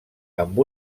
amb